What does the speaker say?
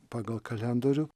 pagal kalendorių